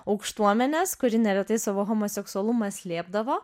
aukštuomenės kuri neretai savo homoseksualumą slėpdavo